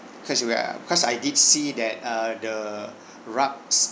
cause we uh cause I did see that uh the rugs